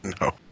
No